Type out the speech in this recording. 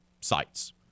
sites